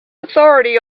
authority